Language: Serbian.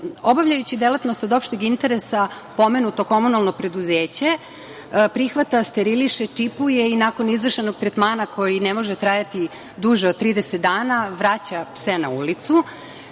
oblast. Obavljajući delatnost od opšteg interesa pomenuto komunalno preduzeće prihvata, steriliše, čipuje i, nakon izvršenog tretmana koji ne može trajati duže od 30 dana, vraća pse na ulicu.